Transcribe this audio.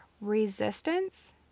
Resistance